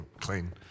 clean